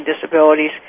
disabilities